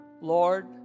Lord